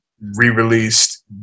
re-released